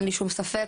אין לי שום ספק,